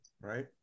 Right